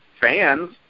fans